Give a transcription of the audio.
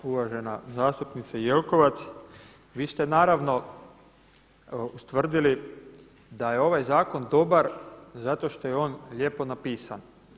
Uvažena zastupnice Jelkovac, vi ste naravno ustvrdili da je ovaj zakon dobar zato što je on lijepo napisan.